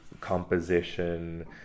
composition